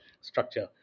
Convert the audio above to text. structure